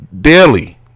daily